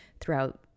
throughout